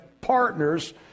partners